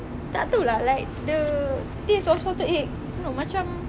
tak tahu lah like the taste of salted egg no macam